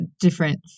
different